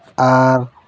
ᱟᱨ